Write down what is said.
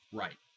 right